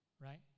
right